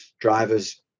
drivers